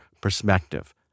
perspective